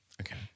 Okay